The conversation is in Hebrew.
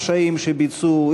עם הפשעים שביצעו,